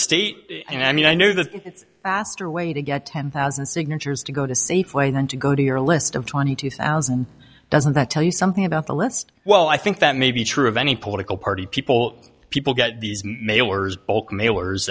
state and i mean i know that it's faster way to get ten thousand signatures to go to safeway than to go to your list of twenty two thousand doesn't that tell you something about the list well i think that may be true of any political party people people get these mailers bulk mailers